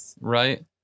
right